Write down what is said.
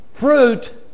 Fruit